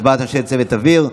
הצבעת אנשי צוות אוויר),